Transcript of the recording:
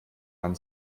man